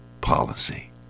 policy